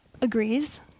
agrees